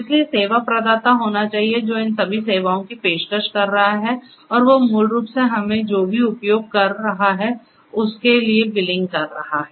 इसलिए सेवा प्रदाता होना चाहिए जो इन सभी सेवाओं की पेशकश कर रहा है और वह मूल रूप से हमें जो भी उपयोग कर रहा है उसके लिए बिलिंग कर रहा है